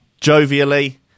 Jovially